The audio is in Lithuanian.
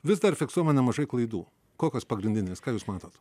vis dar fiksuojama nemažai klaidų kokios pagrindinės ką jūs matote